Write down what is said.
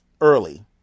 early